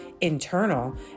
internal